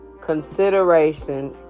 consideration